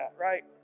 right